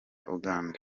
uganda